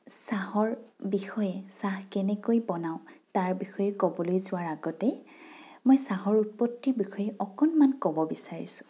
চাহৰ বিষয়ে চাহ কেনেকৈ বনাওঁ তাৰ বিষয়ে ক'বলৈ যোৱাৰ আগতে মই চাহৰ উৎপত্তিৰ বিষয়ে অকণমান ক'ব বিচাৰিছোঁ